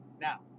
Now